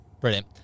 Brilliant